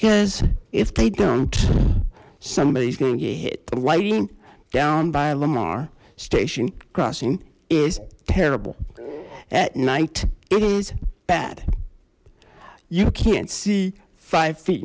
yes if they don't somebody's gonna hit the lighting down by alomar station crossing is terrible at night it is bad you can't see five feet